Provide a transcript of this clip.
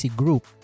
group